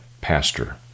pastor